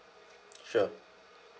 sure